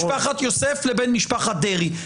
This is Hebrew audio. -- בין משפחת יוסף לבין משפחת דרעי.